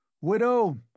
Widow